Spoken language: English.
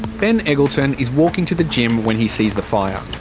ben eggleton is walking to the gym when he sees the fire.